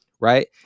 right